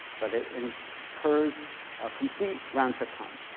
but it and incurs a complete roundtrip time.